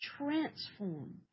transform